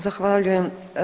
Zahvaljujem.